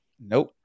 Nope